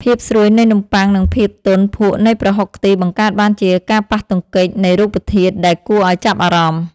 ភាពស្រួយនៃនំប៉័ងនិងភាពទន់ភក់នៃប្រហុកខ្ទិះបង្កើតបានជាការប៉ះទង្គិចនៃរូបធាតុដែលគួរឱ្យចាប់អារម្មណ៍។